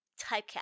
typecast